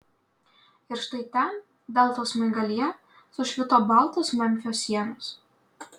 ir štai ten deltos smaigalyje sušvito baltos memfio sienos